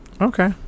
okay